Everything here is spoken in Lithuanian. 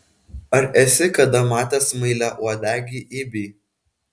ar esi kada matęs smailiauodegį ibį